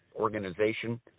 organization